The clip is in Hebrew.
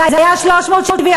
זה היה 370,